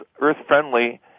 Earth-friendly